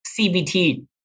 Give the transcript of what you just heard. CBT